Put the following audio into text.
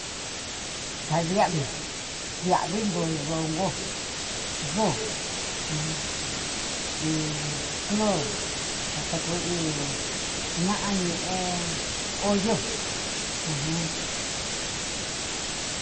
Kadiavi diavi entoyo donko doò jun y cloro datokoy iña'a ñe'e oyo.